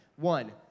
One